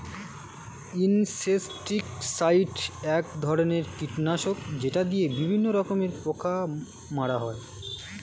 insecticide এক ধরনের কীটনাশক যেটা দিয়ে বিভিন্ন রকমের পোকা মারা হয়